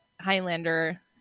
Highlander